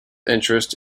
interest